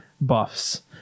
buffs